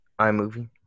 iMovie